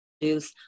produce